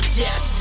death